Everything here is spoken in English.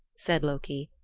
said loki.